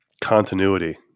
continuity